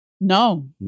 No